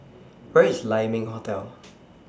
Where IS Lai Ming Hotel